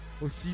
aussi